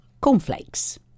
cornflakes